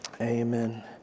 Amen